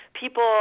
people